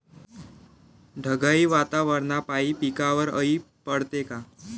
ढगाळ वातावरनापाई पिकावर अळी पडते का?